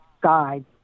guide